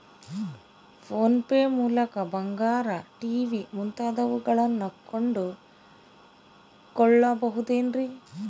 Phone pay ಮೂಲಕ ಬಂಗಾರ, TV ಮುಂತಾದವುಗಳನ್ನ ಕೊಂಡು ಕೊಳ್ಳಬಹುದೇನ್ರಿ?